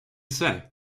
say